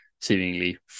seemingly